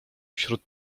wśród